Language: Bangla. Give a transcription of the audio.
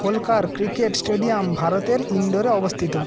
হোলকার ক্রিকেট স্টেডিয়াম ভারতের ইন্ডোরে অবস্থিত